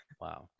Wow